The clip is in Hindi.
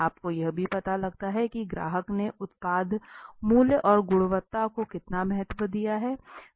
आपको यह भी पता लगता है की ग्राहक ने उत्पाद मूल और गुणवत्ता को कितना महत्व दिया है